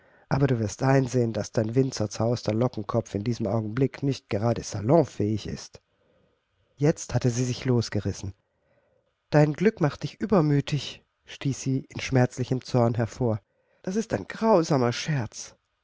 aber du wirst einsehen daß dein windzerzauster lockenkopf in diesem augenblick nicht gerade salonfähig ist jetzt hatte sie sich losgerissen dein glück macht dich übermütig stieß sie in schmerzlichem zorn hervor das ist ein grausamer scherz